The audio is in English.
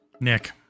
Nick